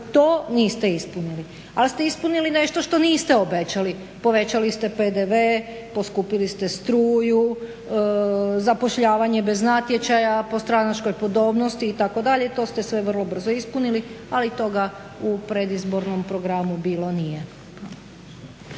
to niste ispunili, ali ste ispunili nešto što niste obećali, povećali ste PDV, poskupili ste struju, zapošljavanje bez natječaja po stranačkoj podobnosti itd. to ste sve vrlo brzo ispunili. Ali toga u predizbornom programu bilo nije.